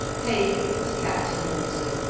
take it, captain hawksley,